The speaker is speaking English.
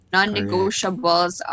Non-negotiables